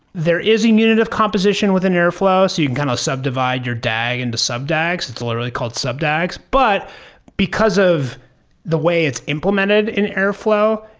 there is in unit of composition within airflow, so you can kind of subdivide your dag into sub-dags. it's literally called sub-dags. but because of the way it's implemented in airflow,